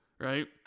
Right